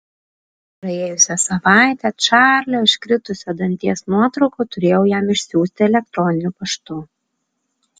praėjusią savaitę čarlio iškritusio danties nuotrauką turėjau jam išsiųsti elektroniniu paštu